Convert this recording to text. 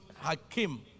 Hakim